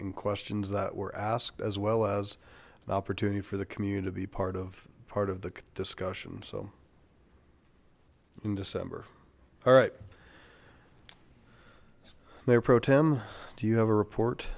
in questions that were asked as well as an opportunity for the community part of part of the discussion so in december all right mayor pro tem do you have a report